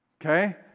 Okay